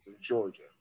Georgia